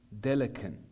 delicate